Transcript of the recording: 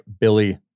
Billy